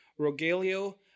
Rogelio